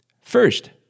First